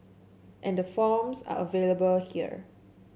and the forms are available here